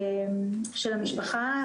של המשפחה,